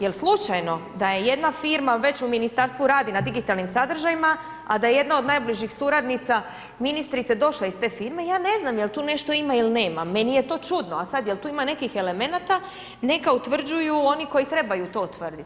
Jel slučajno da je jedna firma već u Ministarstvu radi na digitalnim sadržajima, a da je jedna od najbližih suradnica ministrice, došla iz te firme, ja ne znam jel' tu nešto ima ili nema, meni je to čudno, a sad jel' to ima nekih elemenata, neka utvrđuju ono koji trebaju to utvrditi.